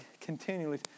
continually